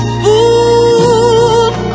fool